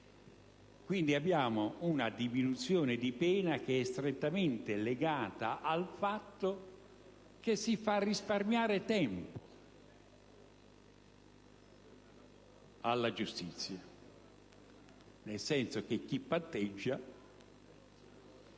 Quindi, la diminuzione di pena è strettamente legata al fatto che si fa risparmiare tempo alla giustizia, poiché chi patteggia